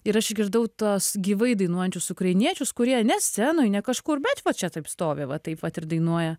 ir aš išgirdau tuos gyvai dainuojančius ukrainiečius kurie ne scenoj ne kažkur bet va čia taip stovi va taip vat ir dainuoja